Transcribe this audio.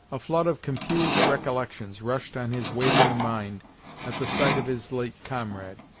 a flood of confused recollections rushed on his wavering mind at the sight of his late comrade.